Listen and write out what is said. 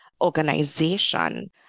organization